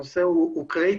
הנושא הוא קריטי.